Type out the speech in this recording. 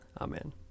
Amen